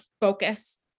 focus